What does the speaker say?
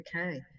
okay